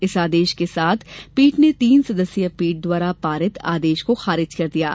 इस आदेश के साथ पीठ ने तीन सदस्यीय पीठ द्वारा पारित आदेश को खारिज कर दिया है